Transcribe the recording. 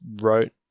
wrote